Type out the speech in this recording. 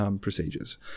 procedures